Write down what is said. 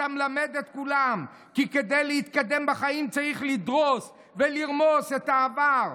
אתה מלמד את כולם כי כדי להתקדם בחיים צריך לדרוס ולרמוס את העבר,